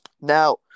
Now